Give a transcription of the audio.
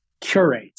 curate